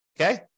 okay